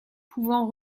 pouvant